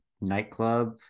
nightclub